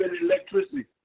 electricity